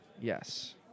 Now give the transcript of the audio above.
Yes